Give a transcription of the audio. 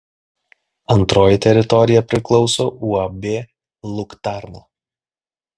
antroji teritorija priklauso uab luktarna